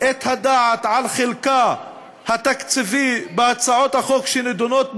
את הדעת על חלקה התקציבי בהצעות החוק שנדונות בוועדות,